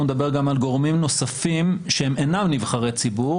הוא מדבר גם גורמים נוספים שהם אינם נבחרי ציבור